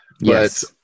Yes